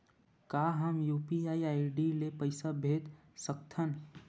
का हम UPI ID ले पईसा भेज सकथन?